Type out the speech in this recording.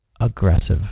aggressive